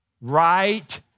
right